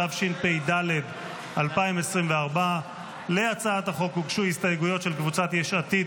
התשפ"ד 2024. להצעת החוק הוגשו הסתייגויות של קבוצת סיעת יש עתיד,